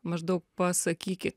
maždaug pasakyki